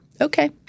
Okay